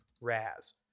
Raz